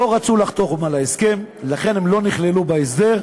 לא רצו לחתום על ההסכם, לכן הם לא נכללו בהסדר.